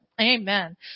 Amen